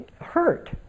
hurt